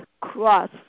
cross